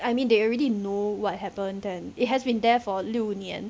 I mean they already know what happen then it has been there for 六年